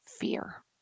fear